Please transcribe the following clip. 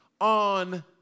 on